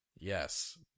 Yes